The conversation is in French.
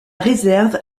réserve